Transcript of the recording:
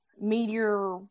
meteor